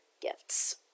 gifts